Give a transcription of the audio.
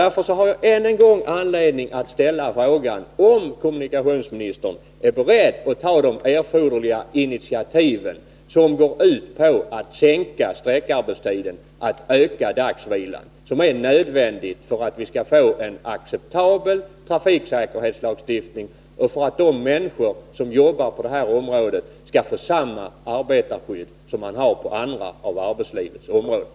Därför har jag än en gång anledning att ställa frågan om kommunikationsministern är beredd att ta erforderliga initiativ för att minska sträckarbetstiden och öka dagsvilan, vilket är nödvändigt för att få en acceptabel trafiksäkerhetslagstiftning och för att de människor som jobbar på det här området skall få samma arbetarskydd som finns på andra av arbetslivets områden.